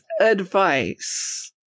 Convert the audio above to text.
advice